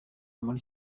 muri